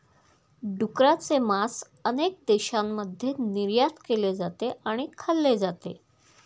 डुकराचे मांस अनेक देशांमध्ये निर्यात केले जाते आणि खाल्ले जाते